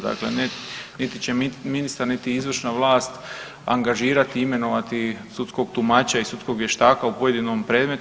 Dakle, niti će ministar, niti će izvršna vlast angažirati i imenovati sudskog tumača i sudskog vještaka u pojedinom predmetu.